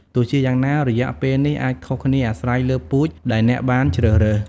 ទោះជាយ៉ាងណា រយៈពេលនេះអាចខុសគ្នាអាស្រ័យលើពូជដែលអ្នកបានជ្រើសរើស។